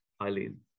Eileen